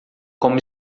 como